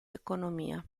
economia